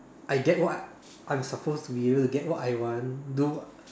I get what I'm supposed to be able to get what I want do